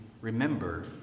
remember